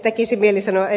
tekisi mieli sanoa ed